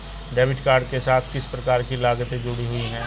Debit card के साथ किस प्रकार की लागतें जुड़ी हुई हैं?